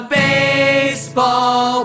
baseball